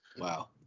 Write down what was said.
Wow